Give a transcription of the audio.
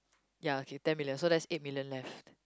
ya okay ten million so that's eight million left